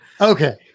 Okay